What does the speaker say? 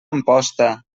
amposta